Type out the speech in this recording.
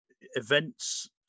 events